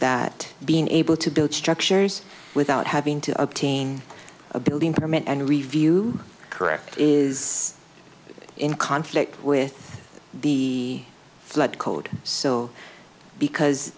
that being able to build structures without having to obtain a building permit and review correct is in conflict with the flood code so